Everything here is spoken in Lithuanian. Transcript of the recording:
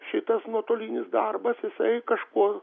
šitas nuotolinis darbas jisai kažkuo